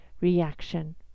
reaction